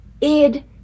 id